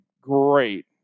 great